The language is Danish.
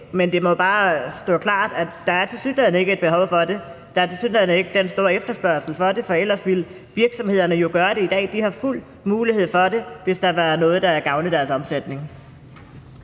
Men det må bare stå klart, at der tilsyneladende ikke er et behov for det. Der er tilsyneladende ikke den store efterspørgsel efter det, for ellers ville virksomhederne jo gøre det i dag. De har fuld mulighed for det, hvis det var noget, der ville gavne deres omsætning.